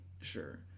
Sure